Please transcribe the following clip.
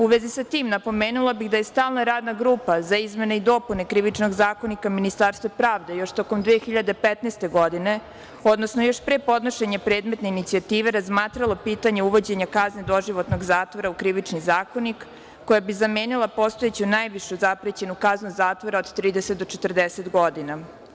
U vezi sa tim, napomenula bih da je Stalna radna grupa za izmene i dopune Krivičnog zakonika Ministarstvo pravde još tokom 2015. godine, odnosno još pre podnošenja predmetne inicijative, razmatralo pitanje uvođenja kazne doživotnog zatvora u Krivični zakonik, koja bi zamenilo postojeću najvišu zaprećenu kaznu zatvora od 30 do 40 godina.